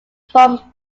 from